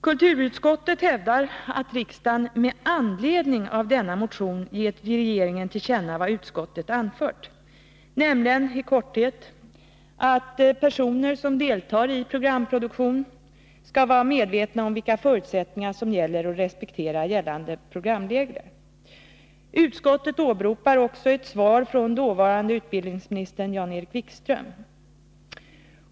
Kulturutskottet hävdar att riksdagen med anledning av denna motion ger regeringen till känna vad utskottet anfört, nämligen i korthet att personer som deltar i programproduktion skall vara medvetna om vilka förutsättningar som gäller och respektera gällande programregler. Utskottet åberopar också ett svar från dåvarande utbildningsministern Jan-Erik Wikström.